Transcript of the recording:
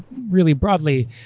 really broadly,